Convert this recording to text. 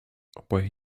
oboje